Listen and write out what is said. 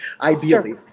Ideally